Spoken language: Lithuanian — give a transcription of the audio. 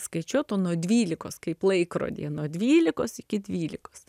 skaičiuot o nuo dvylikos kaip laikrodyje nuo dvylikos iki dvylikos